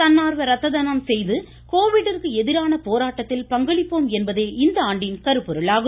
தன்னா்வ ரத்த தானம் செய்து கோவிட்டிற்கு எதிரான போராட்டத்தில் பங்களிப்போம் என்பதே இந்த ஆண்டிற்கான கருப்பொருளாகும்